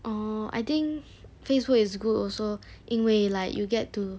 oh I think facebook is good also 因为 like you get to